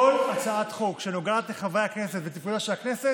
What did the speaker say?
בכל הצעת חוק שנוגעת לחברי הכנסת ולתפקודה של הכנסת,